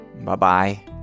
Bye-bye